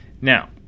Now